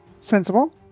Sensible